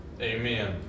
Amen